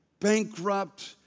bankrupt